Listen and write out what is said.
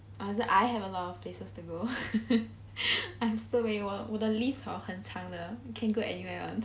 or I have a lot of places to go I'm still wait 我的 leave hor 很长的 can go anywhere [one]